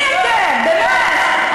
מי אתם, באמת?